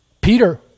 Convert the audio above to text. Peter